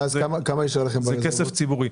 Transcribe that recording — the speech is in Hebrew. זה כסף ציבורי.